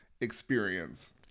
experience